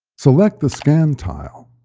select the scan tile.